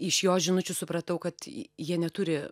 iš jos žinučių supratau kad jie neturi